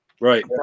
Right